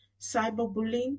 cyberbullying